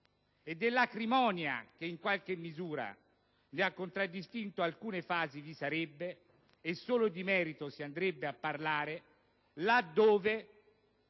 e dell'acrimonia che in qualche misura ne ha contraddistinto alcune fasi, e solo di merito si andrebbe a parlare, laddove